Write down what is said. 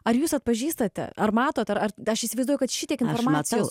ar jūs atpažįstate ar matot ar ar aš įsivaizduoju kad šitiek informacijos